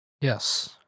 Yes